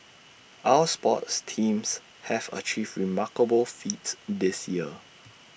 our sports teams have achieved remarkable feats this year